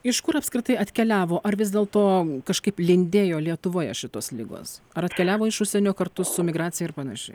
iš kur apskritai atkeliavo ar vis dėlto kažkaip lindėjo lietuvoje šitos ligos ar atkeliavo iš užsienio kartu su migracija ir panašiai